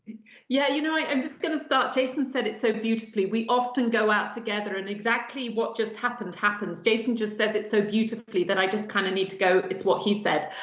yeah, you know i'm and just gonna stop. jason said it so beautifully. we often go out together and exactly what just happened, happens. jason just says it so beautifully that i just kind of need to go it's what he said.